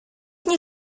nie